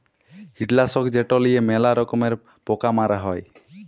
কীটলাসক যেট লিঁয়ে ম্যালা রকমের পকা মারা হ্যয়